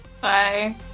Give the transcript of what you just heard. Bye